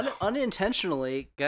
unintentionally